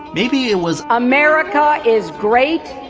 maybe it was amerika is great,